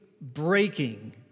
breaking